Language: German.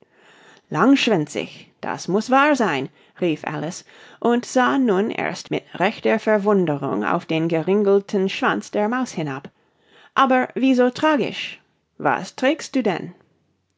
langschwänzig das muß wahr sein rief alice und sah nun erst mit rechter verwunderung auf den geringelten schwanz der maus hinab aber wie so tragisch was trägst du denn